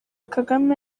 kagame